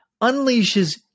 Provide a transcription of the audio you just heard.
unleashes